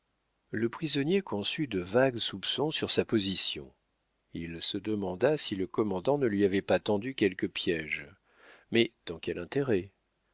le prisonnier conçut de vagues soupçons sur sa position il se demanda si le commandant ne lui avait pas tendu quelque piége mais dans quel intérêt